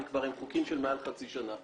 אני כבר עם חוקים שמעל חצי שנה.